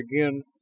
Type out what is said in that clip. again